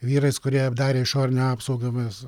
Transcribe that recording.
vyrais kurie darė išorinę apsaugą mes